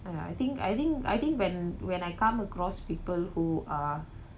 ya I think I think I think when when I come across people who are